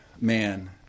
man